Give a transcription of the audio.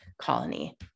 colony